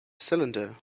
cylinder